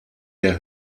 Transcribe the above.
der